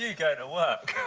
yeah to work.